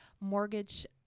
mortgage